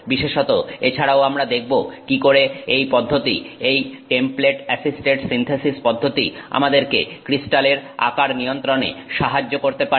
বিশেষত এছাড়াও আমরা দেখব কি করে এই পদ্ধতি এই টেমপ্লেট অ্যাসিস্টেড সিন্থেসিস পদ্ধতি আমাদেরকে ক্রিস্টাল এর আকার নিয়ন্ত্রণে সাহায্য করতে পারে